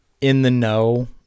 in-the-know